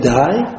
die